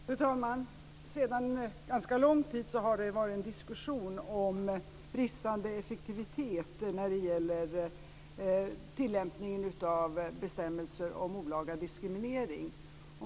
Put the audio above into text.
Fru talman! Sedan ganska lång tid har det varit en diskussion om bristande effektivitet när det gäller tillämpningen av bestämmelser om olaga diskriminering.